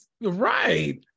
right